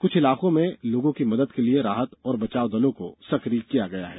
क्छ इलाकों में लोगों की मदद के लिए राहत और बचाव दलों को सकिय किया गया है